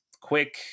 quick